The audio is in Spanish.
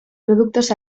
productos